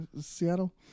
Seattle